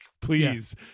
please